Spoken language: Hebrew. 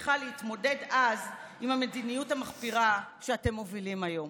רואה כיצד הנשים שכבר מונו הפכו לעלה תאנה בתפקידים ריקים